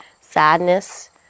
sadness